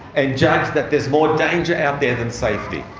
and judge that there's more danger out there than safety.